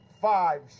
five